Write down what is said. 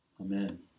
Amen